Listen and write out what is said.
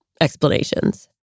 explanations